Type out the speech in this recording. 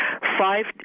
five